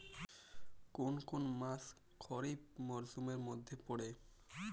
কোন কোন মাস খরিফ মরসুমের মধ্যে পড়ে?